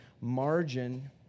margin